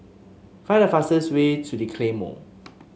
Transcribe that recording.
find the fastest way to The Claymore